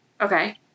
Okay